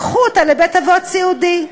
קחו אותה לבית-אבות סיעודי.